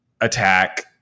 attack